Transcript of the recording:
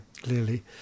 clearly